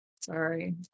Sorry